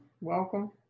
welcome